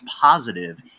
positive